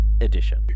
edition